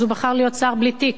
אז הוא בחר להיות שר בלי תיק,